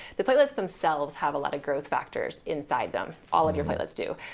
the platelets themselves have a lot of growth factors inside them, all of your platelets do,